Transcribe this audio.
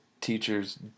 teacher's